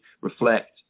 reflect